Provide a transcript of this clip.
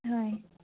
হয়